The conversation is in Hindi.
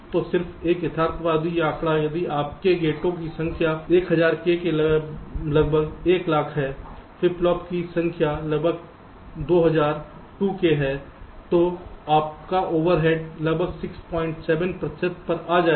तो सिर्फ एक यथार्थवादी आंकड़ा यदि आपके फाटकों की संख्या 100 k में लगभग एक लाख है फ्लिप फ्लॉप की संख्या लगभग 2000 2 k है तो आपका ओवरहेड लगभग 67 प्रतिशत पर आ जाएगा